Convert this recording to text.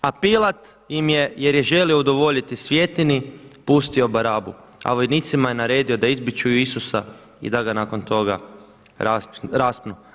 A Pilat im je jer je želio udovoljiti svjetini pustio Barabu, a vojnicima je naredio da izbičuju Isusa i da ga nakon toga raspnu.